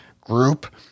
group